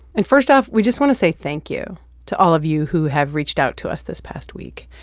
and first off, we just want to say thank you to all of you who have reached out to us this past week.